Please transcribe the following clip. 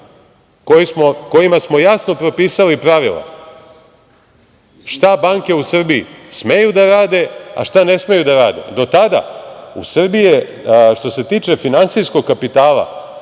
kojima smo jasno propisali pravila šta banke u Srbiji smeju da rade, a šta ne smeju da rade. Do tada je u Srbiji, što se tiče finansijskog kapitala,